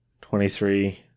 Twenty-three